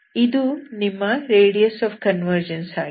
ಇದು ನಿಮ್ಮ radius of convergence ಆಗಿದೆ